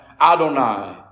Adonai